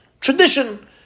Tradition